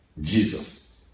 Jesus